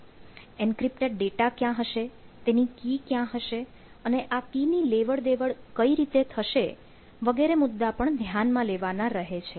encrypted data ક્યાં હશે તેની કી ક્યાં હશે અને આ કીની લેવડ દેવડ કઈ રીતે થશે વગેરે મુદ્દા ધ્યાનમાં લેવાના રહે છે